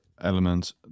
element